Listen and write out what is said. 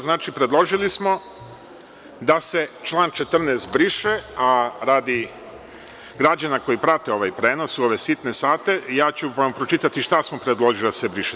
Znači, predložili smo da se član 14. briše, a radi građana koji prate ovaj prenos u ove sitne sate ja ću vam pročitati šta smo predložili da se briše.